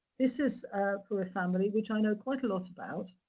this is for a family, which i know quite a lot about.